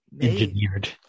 engineered